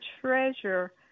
treasure